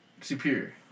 superior